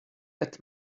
add